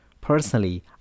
Personally